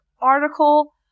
article